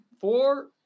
four